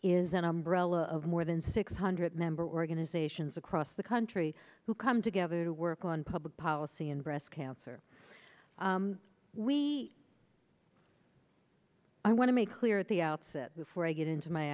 is an umbrella of more than six hundred member organizations across the country who come together to work on public policy and breast cancer we i want to make clear at the outset before i get into my